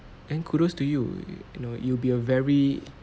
then kudos to you you know you'll be a very